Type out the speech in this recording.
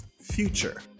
future